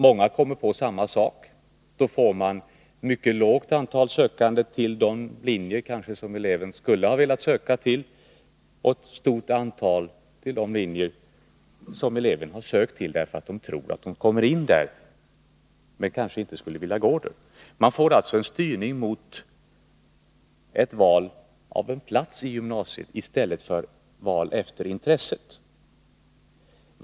Många kommer på samma sak, och då får man ett mycket lågt antal sökande till de linjer som eleven skulle ha velat söka till och ett stort antal till de linjer som eleven söker till, därför att många har trott att man kommer in där men kanske inte skulle vilja gå den linjen. Då blir det alltså en styrning mot ett val av en plats i gymnasiet, i stället för val efter intresset.